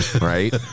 right